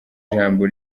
ijambo